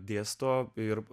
dėsto ir